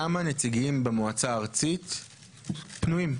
כמה נציגים במועצה הארצית פנויים,